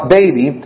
baby